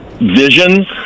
vision